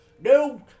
No